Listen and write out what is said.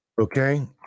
Okay